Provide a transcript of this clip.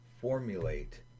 formulate